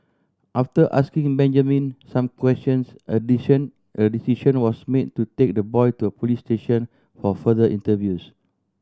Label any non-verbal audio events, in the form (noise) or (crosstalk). after asking Benjamin some questions a (unintelligible) a decision was made to take the boy to a police station for further interviews